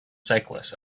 cyclists